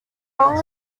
long